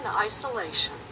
isolation